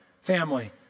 family